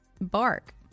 Bark